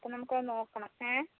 അപ്പോൾ നമുക്കതൊന്നു നോക്കണം ഏ